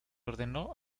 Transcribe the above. ordenó